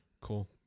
cool